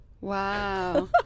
Wow